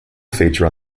feature